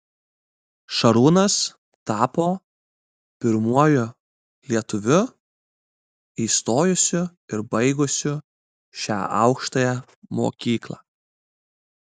šarūnas tapo pirmuoju lietuviu įstojusiu ir baigusiu šią aukštąją mokyklą